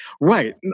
Right